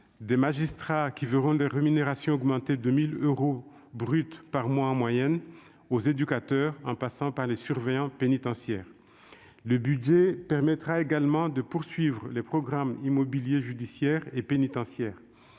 des magistrats, qui verront leur rémunération augmenter de 1 000 euros bruts par mois en moyenne, jusqu'aux éducateurs, en passant par les surveillants pénitentiaires. Le budget permettra également de poursuivre les programmes immobiliers judiciaires et pénitentiaires.